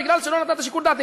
מכיוון שלא נתת שיקול דעת,